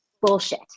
bullshit